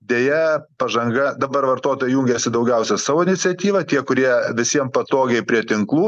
deja pažanga dabar vartotojai jungiasi daugiausia savo iniciatyva tie kurie visiem patogiai prie tinklų